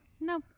no